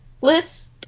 list